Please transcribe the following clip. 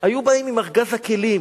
היו באים עם ארגז הכלים.